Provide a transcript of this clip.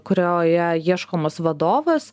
kurioje ieškomas vadovas